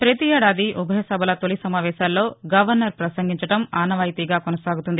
ప్రపతి ఏడాది ఉభయ సభల తొలి సమావేశాల్లో గవర్నర్ ప్రసంగించడం ఆనవాయితీగా కొనసాగుతోంది